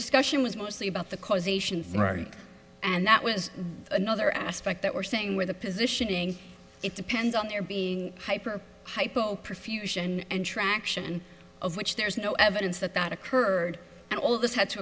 discussion was mostly about the causation right and that was another aspect that we're seeing with the positioning it depends on there being hyper hypo profusion and traction of which there's no evidence that that occurred and all this had to